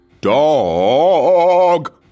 Dog